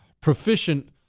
proficient